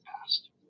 past